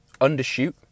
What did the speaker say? undershoot